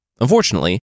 Unfortunately